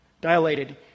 Dilated